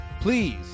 please